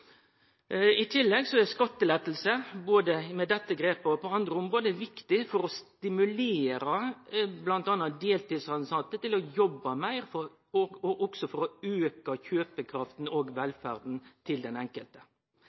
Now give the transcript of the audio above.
I tillegg er skattelette – både med dette grepet og på andre område – viktig for å stimulere bl.a. deltidstilsette til å jobbe meir og også for å auke kjøpekrafta og velferda til den enkelte.